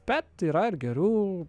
bet yra ir gerų